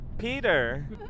Peter